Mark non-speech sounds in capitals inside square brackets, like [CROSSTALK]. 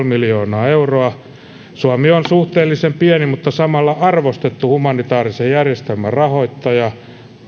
[UNINTELLIGIBLE] miljoonaa euroa suomi on suhteellisen pieni mutta samalla arvostettu humanitaarisen järjestelmän rahoittaja